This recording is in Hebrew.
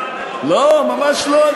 לא, ממש לא.